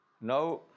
Now